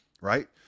right